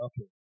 Okay